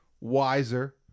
wiser